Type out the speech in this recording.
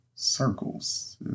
Circles